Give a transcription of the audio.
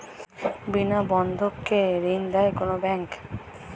বিনা বন্ধক কে ঋণ দেয় কোন ব্যাংক?